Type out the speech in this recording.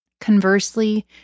Conversely